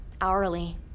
hourly